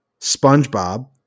spongebob